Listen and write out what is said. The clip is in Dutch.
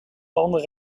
landen